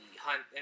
hunt